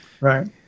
right